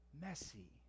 messy